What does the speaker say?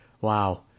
Wow